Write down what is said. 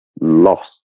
lost